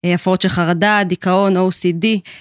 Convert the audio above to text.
הפרעות של חרדה, דיכאון, OCD.